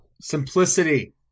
Simplicity